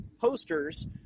posters